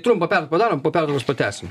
trumpą pertrauką padarom po pertraukos pratęsim